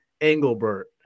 Engelbert